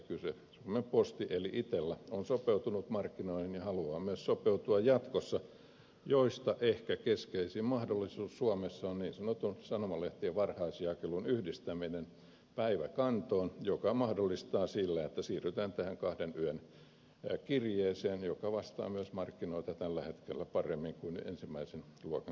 suomen posti eli itella on sopeutunut markkinoihin ja haluaa myös sopeutua jatkossa ja ehkä keskeisin mahdollisuus suomessa on niin sanotun sanomalehtien varhaisjakelun yhdistäminen päiväkantoon joka mahdollistetaan sillä että siirrytään tähän kahden yön kirjeeseen joka vastaa tällä hetkellä myös markkinoita paremmin kuin ne ensimmäisen luokan kirjeet